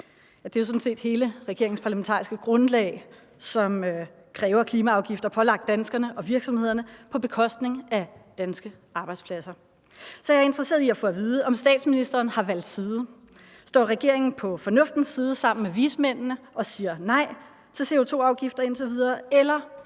set hele regeringens parlamentariske grundlag, som kræver klimaafgifter pålagt danskerne og virksomhederne på bekostning af danske arbejdspladser. Så jeg er interesseret i at få at vide, om statsministeren har valgt side: Står regeringen på fornuftens side sammen med vismændene og siger nej til CO2-afgifter indtil videre, eller